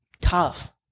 Tough